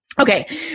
Okay